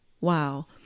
Wow